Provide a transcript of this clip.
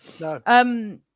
No